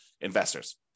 investors